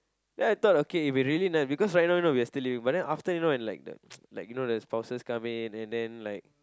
ya I thought okay if it really then because ah right now we are still living but then after you know like the like you know the spouses come in and then like